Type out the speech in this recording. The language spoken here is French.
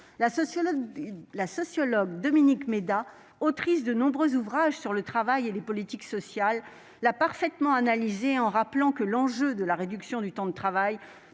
La sociologue Dominique Méda, autrice de nombreux ouvrages sur le travail et les politiques sociales, a parfaitement analysé ce sujet et rappelé que l'enjeu de la réduction du temps de travail